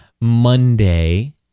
Monday